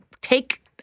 take